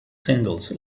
singles